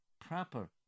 proper